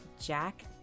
Jack